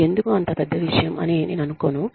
ఇది ఎందుకు అంత పెద్ద విషయం అని నేను అనుకోను